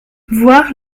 voir